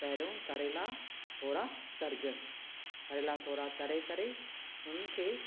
पहिरियों करेला थोरा तरजनि करेला थोरा तरे करे उन्हनि खे